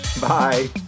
Bye